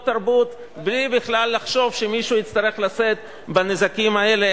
תרבות בכלל בלי לחשוב שמישהו יצטרך לשאת בנזקים האלה,